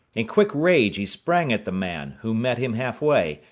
in quick rage he sprang at the man, who met him halfway,